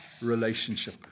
relationship